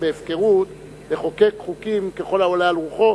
בהפקרות לחוקק חוקים ככל העולה על רוחו.